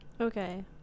Okay